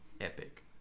Epic